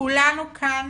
כולנו כאן